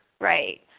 Right